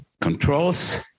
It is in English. Controls